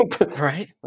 right